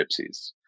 gypsies